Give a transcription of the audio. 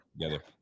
together